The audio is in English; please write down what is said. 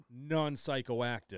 non-psychoactive